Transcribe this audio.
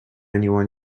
anyone